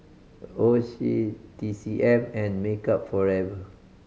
Oishi T C M and Makeup Forever